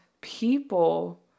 people